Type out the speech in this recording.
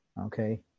okay